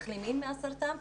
מחלימים מהסרטן,